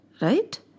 right